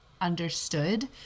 understood